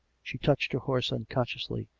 she touched her horse unconsciously,